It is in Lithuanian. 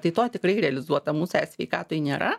tai to tikrai realizuota mūsų e sveikatoj nėra